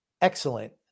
excellent